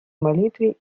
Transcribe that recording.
молитве